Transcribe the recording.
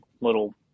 little